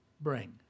bring